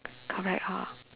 correct hor